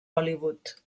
hollywood